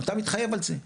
אתה מתחייב על זה.